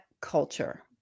culture